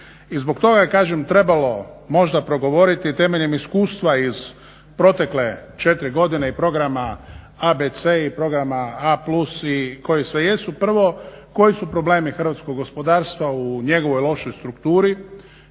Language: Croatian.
I zbog toga je kažem trebalo možda progovoriti temeljem iskustva iz protekle 4 godine i programa ABC i programa A+ koji sve jesu prvo koji su problemi hrvatskog gospodarstva u njegovoj lošoj strukturi,